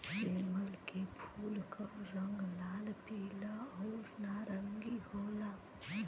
सेमल के फूल क रंग लाल, पीला आउर नारंगी होला